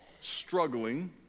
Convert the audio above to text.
struggling